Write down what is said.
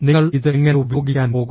നിങ്ങൾ ഇത് എങ്ങനെ ഉപയോഗിക്കാൻ പോകുന്നു